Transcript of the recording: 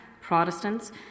Protestants